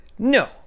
No